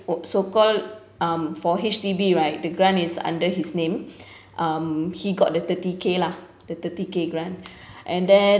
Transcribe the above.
oh so called um for H_D_B right the grant is under his name um he got the thirty K lah the thirty K grant and then